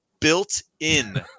built-in